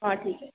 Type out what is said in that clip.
हाँ ठीक है